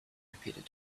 repeated